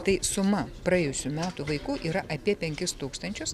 tai suma praėjusių metų vaikų yra apie penkis tūkstančius